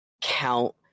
count